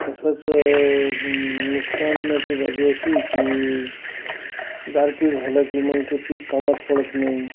कसचं नुकसान जो शेती गारपीट झालं की मग ते पीक कामात पडत नाही